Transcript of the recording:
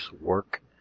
work